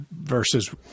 versus –